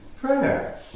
prayer